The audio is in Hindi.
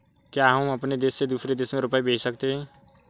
क्या हम अपने देश से दूसरे देश में रुपये भेज सकते हैं?